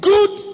Good